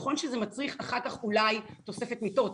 נכון שזה מצריך אחר כך אולי תוספת מיטות,